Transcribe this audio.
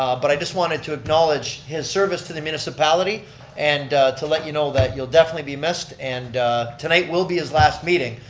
um but i just wanted to acknowledge his service to the municipality and to let you know that you'll definitely be missed, and tonight will be his last meeting.